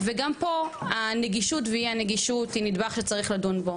וגם פה הנגישות והנגישות היא נדבך שצריך לדון בו,